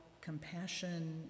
compassion